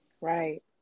Right